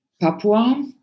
Papua